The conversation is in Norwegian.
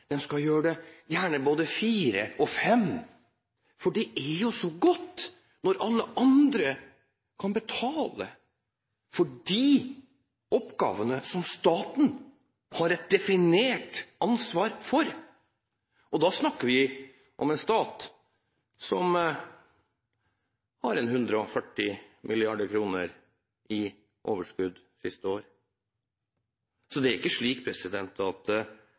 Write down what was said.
både fire og fem ganger, for det er jo så godt når alle andre kan betale for de oppgavene som staten har et definert ansvar for. Da snakker vi om en stat som har hatt ca. 140 mrd. kr i overskudd siste år, så det er ikke slik at